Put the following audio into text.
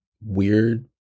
weird